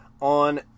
on